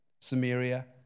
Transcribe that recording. Samaria